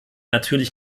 natürlich